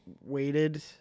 waited